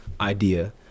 idea